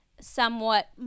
somewhat